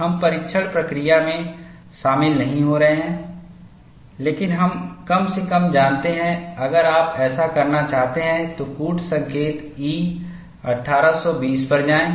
हम परीक्षण प्रक्रिया में शामिल नहीं हो रहे हैं लेकिन हम कम से कम जानते हैं अगर आप ऐसा करना चाहते हैं तो कूट संकेत E 1820 पर जाएं